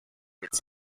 its